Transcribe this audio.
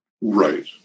Right